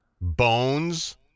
Bones